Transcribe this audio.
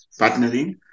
partnering